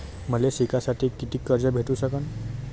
मले शिकासाठी कितीक कर्ज भेटू सकन?